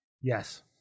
Yes